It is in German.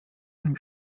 einem